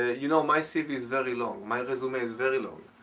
ah you know, my cv is very long my resume is very long.